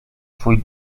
swój